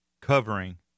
covering